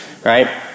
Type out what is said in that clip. right